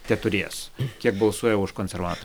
teturės kiek balsuoja už konservator